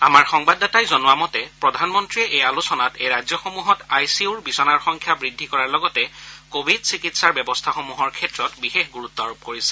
আমাৰ সংবাদদাতাই জনোৱা মতে প্ৰধানমন্তীয়ে এই আলোচনাত এই ৰাজ্যসমূহত আই চি ইউৰ বিছনাৰ সংখ্যা বৃদ্ধি কৰাৰ লগতে কোৱিড চিকিংসাৰ ব্যৱস্থাসমূহৰ ক্ষেত্ৰত বিশেষ গুৰুত্ব আৰোপ কৰিছে